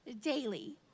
daily